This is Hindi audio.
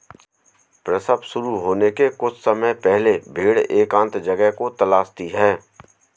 प्रसव शुरू होने के कुछ समय पहले भेड़ एकांत जगह को तलाशती है